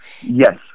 yes